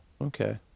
Okay